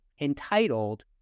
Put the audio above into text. entitled